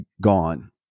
gone